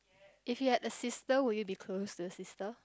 if you had a sister would you be close to the sister